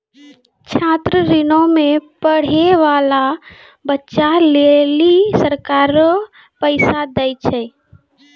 छात्र ऋणो मे पढ़ै बाला बच्चा लेली सरकारें पैसा दै छै